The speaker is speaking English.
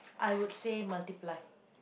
I would say multiply